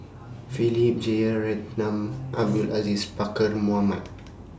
Philip Jeyaretnam Abdul Aziz Pakkeer Mohamed